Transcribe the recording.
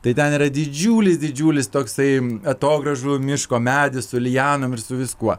tai ten yra didžiulis didžiulis toksai atogrąžų miško medis su lianom ir su viskuo